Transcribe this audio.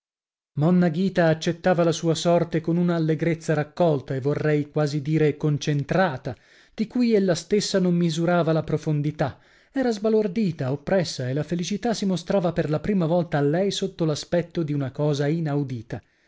monna ghita accettava la sua sorte con una allegrezza raccolta e vorrei quasi dire concentrata di cui ella stessa non misurava la profondità era sbalordita oppressa e la felicità si mostrava per la prima volta a lei sotto l'aspetto di una cosa inaudita